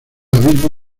abismo